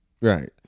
Right